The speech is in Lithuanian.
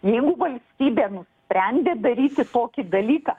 jeigu valstybė nusprendė daryti tokį dalyką